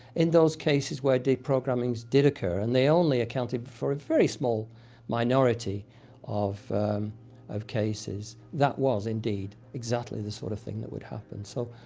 in those cases where deprogramings did occur, and they only accounted for a very small minority of of cases, that was, indeed, exactly the sort of thing that would happen. so,